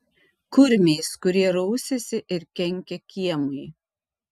kurmiais kurie rausiasi ir kenkia kiemui